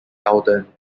alden